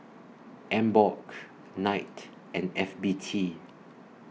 Emborg Knight and F B T